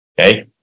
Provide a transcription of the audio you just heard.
Okay